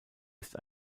ist